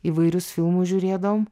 įvairius filmus žiūrėdavom